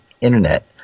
internet